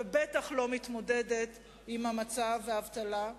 ובטח לא מתמודדת עם המצב והאבטלה.